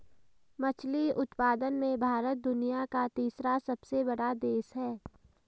मछली उत्पादन में भारत दुनिया का तीसरा सबसे बड़ा देश है